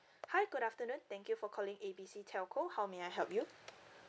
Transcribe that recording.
hi good afternoon thank you for calling A B C telco how may I help you